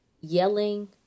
yelling